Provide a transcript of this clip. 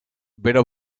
vero